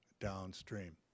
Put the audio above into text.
downstream